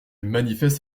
manifeste